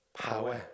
power